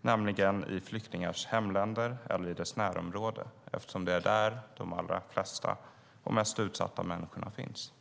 nämligen i flyktingars hemländer och närområden där de allra flesta och mest utsatta människorna finns.